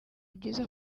byiza